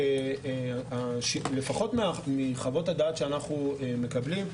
לפחות מחוות הדעת שאנחנו מקבלים,